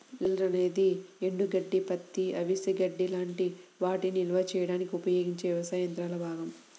baler అనేది ఎండుగడ్డి, పత్తి, అవిసె గడ్డి లాంటి వాటిని నిల్వ చేయడానికి ఉపయోగించే వ్యవసాయ యంత్రాల భాగం